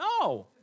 No